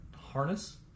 harness